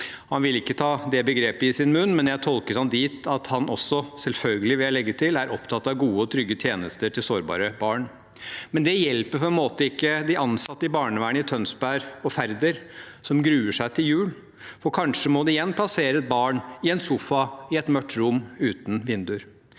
Han ville ikke ta det begrepet i sin munn, men jeg tolket han dithen at han også – selvfølgelig, vil jeg legge til – er opptatt av gode og trygge tjenester til sårbare barn. Men det hjelper ikke de ansatte i barnevernet i Tønsberg og Færder som gruer seg til jul, for kanskje må de igjen plassere et barn i en sofa i et mørkt rom uten vinduer.